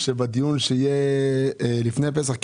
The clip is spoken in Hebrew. שבדיון שיתקיים לפני פסח,